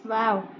wow